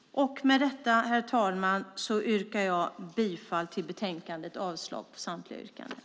Med detta, herr talman, yrkar jag bifall till förslaget i betänkandet och avslag på samtliga övriga yrkanden.